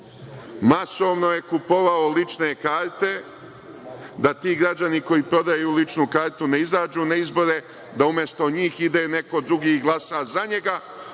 Masovno je kupovao lične karte da ti građani koji prodaju ličnu kartu ne izađu na izbore, da umesto njih ide neko drugi i glasa za njega,